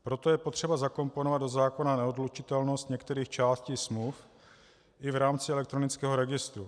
Proto je potřeba zakomponovat do zákona neodlučitelnost některých částí smluv i v rámci elektronického registru.